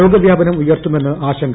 രോഗ വ്യാപനം ഉയർത്തുമെന്ന് ആശങ്ക